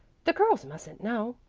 the girls mustn't know.